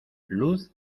luz